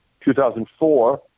2004